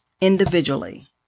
individually